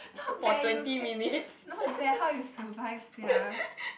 not bad you can not bad how you survive sia